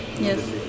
yes